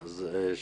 כן, ווליד.